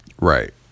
Right